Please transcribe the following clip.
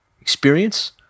experience